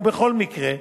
ובכל מקרה,